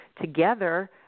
together